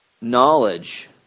knowledge